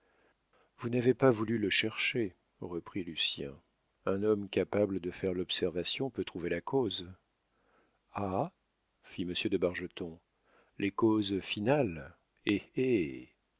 vous n'avez pas voulu le chercher reprit lucien un homme capable de faire l'observation peut trouver la cause ah fit monsieur de bargeton les causes finales hé